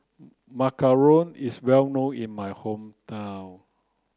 Macaron is well known in my hometown